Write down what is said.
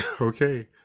Okay